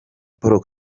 paul